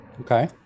Okay